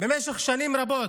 במשך שנים רבות